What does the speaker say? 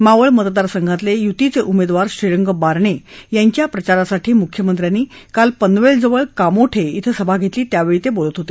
मावळ मतदार संघातले यूतीचे उमेदवार श्रीरंग बारणे यांच्या प्रचारासाठी मुख्यमंत्र्यांनी काल पनवेलजवळ कामोठे इथं सभा घेतली त्यावेळी ते बोलत होते